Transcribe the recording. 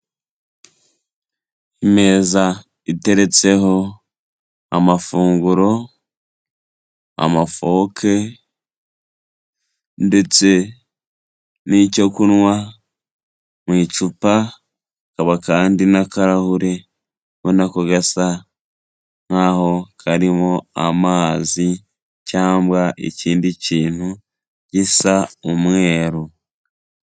Imeza iteretseho amafunguro, amafoke ndetse n'icyo kunywa mu icupa, hakaba kandi n'akarahuri, ubona ko gasa nkaho karimo amazi cyangwa ikindi kintu gisa umweru.